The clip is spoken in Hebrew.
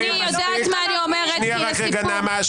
שנייה, רק רגע, נעמה.